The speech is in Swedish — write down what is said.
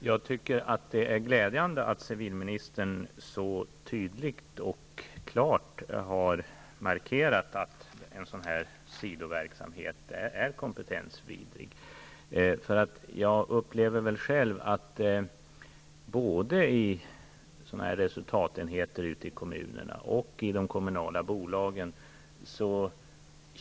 Herr talman! Det är glädjande att civilministern så tydligt och klart har markerat att en sådan här sidoverksamhet är kompetensvidrig. Jag upplever själv att man inte riktigt klart känner gränserna, vare sig i sådana här resultatenheter ute i kommunerna eller i de kommunala bolagen.